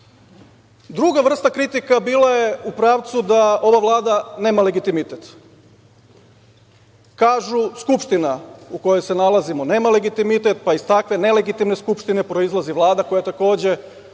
vrsta kritika bila je u pravcu da ova Vlada nema legitimitet. Kažu Skupština, u kojoj se nalazimo, nema legitimitet, pa iz takve nelegitimne Skupštine proizilazi Vlada koja takođe